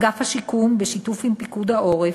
אגף השיקום, בשיתוף עם פיקוד העורף,